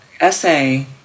essay